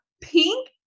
pink